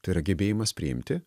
tai yra gebėjimas priimti